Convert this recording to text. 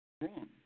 wrong